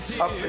up